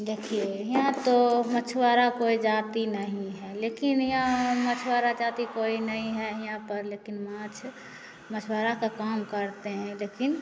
देखिए यहाँ तो मछवारा कोई जाती नहीं है लेकिन यहाँ मछवारा जाती कोई नहीं है यहाँ पर लेकिन माछ मछवारा का काम करते हैं लेकिन